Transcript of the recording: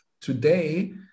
today